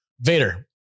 Vader